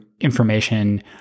information